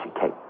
Kate